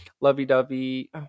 lovey-dovey